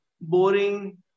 boring